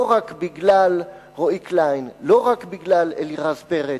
לא רק בגלל רועי קליין, לא רק בגלל אלירז פרץ.